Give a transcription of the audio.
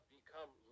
become